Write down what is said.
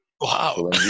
Wow